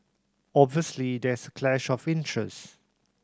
obviously there is clash of interest